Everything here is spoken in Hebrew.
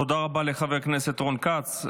תודה רבה לחבר הכנסת רון כץ.